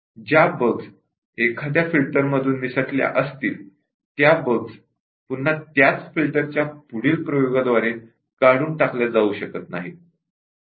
ज्या बग्स एखाद्या फिल्टर मधून निसटल्या असतील त्या बग्स पुन्हा त्याच फिल्टरच्या पुढील प्रयोगाद्वारे काढून टाकल्या जाऊ शकत नाहीत